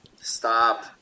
Stop